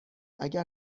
اگر